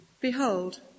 Behold